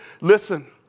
Listen